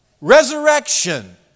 resurrection